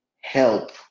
help